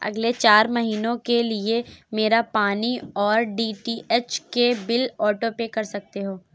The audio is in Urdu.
اگلے چار مہینوں کے لیے میرا پانی اور ڈی ٹی ایچ کے بل آٹو پے کر سکتے ہو